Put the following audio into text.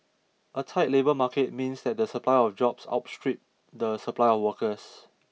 a tight labour market means that the supply of jobs outstrip the supply of workers